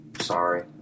Sorry